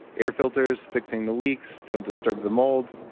air filters, fixing the leaks, don't disturb the mold.